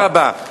תודה רבה.